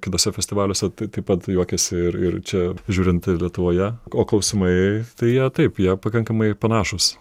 kituose festivaliuose tai taip pat juokiasi ir ir čia žiūrint ir lietuvoje o klausimai tai jie taip jie pakankamai panašūs